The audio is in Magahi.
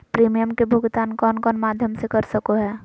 प्रिमियम के भुक्तान कौन कौन माध्यम से कर सको है?